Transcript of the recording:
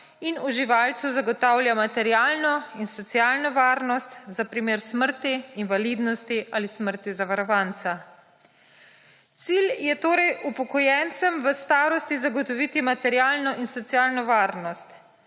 in uživalcu zagotavlja materialno in socialno varnost za primer smrti, invalidnosti ali smrti zavarovanca. Cilj je torej upokojencem v starosti zagotoviti materialno in socialno varnost.